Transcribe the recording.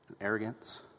arrogance